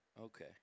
Okay